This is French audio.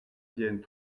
viennent